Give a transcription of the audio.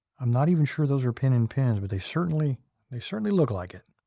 i'm not even sure those are pin in pins but they certainly they certainly look like it.